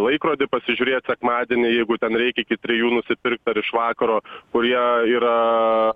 laikrodį pasižiūrėt sekmadienį jeigu ten reikia iki trijų nusipirkt ar iš vakaro kurie yra